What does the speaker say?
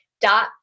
dot